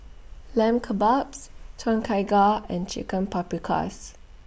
Lamb Kebabs Tom Kha Gai and Chicken Paprikas